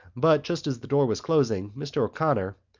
but, just as the door was closing, mr. o'connor,